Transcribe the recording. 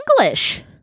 English